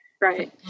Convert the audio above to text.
Right